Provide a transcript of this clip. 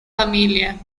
familia